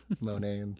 Monet